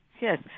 Yes